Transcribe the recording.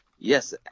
Yes